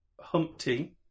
Humpty